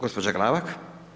Gospođa Glavak.